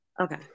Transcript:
Okay